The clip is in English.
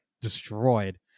destroyed